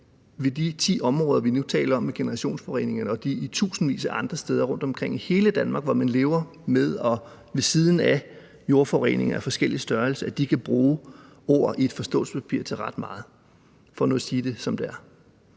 ved de ti områder, vi nu taler om med generationsforureningerne, og de i tusindvis af andre steder rundtomkring i hele Danmark, hvor de lever med og ved siden af jordforureninger af forskellig størrelse, kan bruge nogle ord i et forståelsespapir til ret meget, for nu at sige det, som det er.